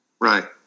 Right